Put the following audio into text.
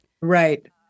Right